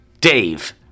Dave